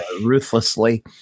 ruthlessly